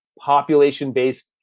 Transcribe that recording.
population-based